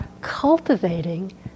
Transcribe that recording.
cultivating